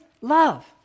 love